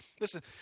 Listen